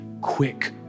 quick